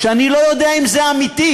אני לא יודע אם זה אמיתי,